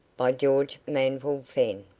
by george manville fenn.